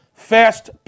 Fast